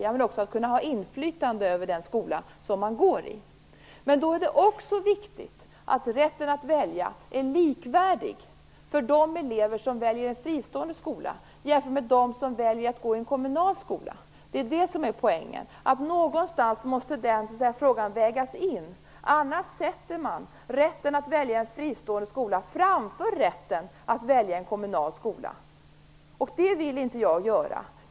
Om man vill att elevens val skall styra skolorna och om man tycker att det är viktigt att individen har en möjlighet att välja skola, då är det också viktigt att rätten att välja är likvärdig för de elever som väljer en fristående skola och för de elever som väljer att gå i en kommunal skola. Det är poängen. Någonstans måste den frågan så att säga vägas in; annars sätter man rätten att välja en fristående skola framför rätten att välja en kommunal skola, och det vill inte jag göra.